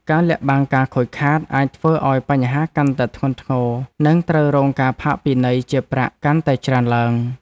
ការលាក់បាំងការខូចខាតអាចធ្វើឱ្យបញ្ហាកាន់តែធ្ងន់ធ្ងរនិងត្រូវរងការផាកពិន័យជាប្រាក់កាន់តែច្រើនឡើង។